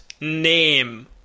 name